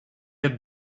had